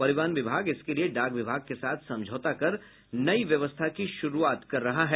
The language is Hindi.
परिवहन विभाग इसके लिए डाक विभाग के साथ समझौता कर नई व्यवस्था की शुरूआत कर रहा है